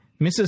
Mrs